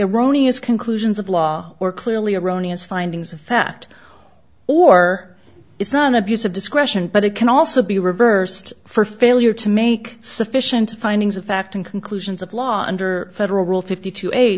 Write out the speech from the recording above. iranians conclusions of law or clearly erroneous findings of fact or it's not an abuse of discretion but it can also be reversed for failure to make sufficient findings of fact and conclusions of law under federal rule fifty two a